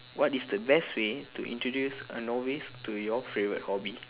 what is the best way to introduce a novice to our favorite hobby